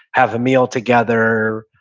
have a meal together,